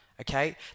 okay